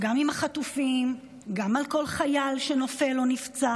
גם עם החטופים, גם על כל חייל שנופל או נפצע,